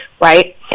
right